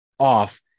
off